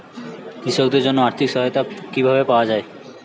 কৃষকদের জন্য আর্থিক সহায়তা কিভাবে পাওয়া য়ায়?